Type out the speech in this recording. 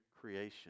creation